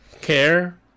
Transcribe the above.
Care